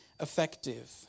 effective